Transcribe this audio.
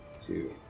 two